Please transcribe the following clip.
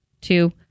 two